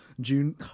June